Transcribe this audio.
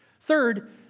Third